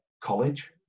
college